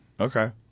okay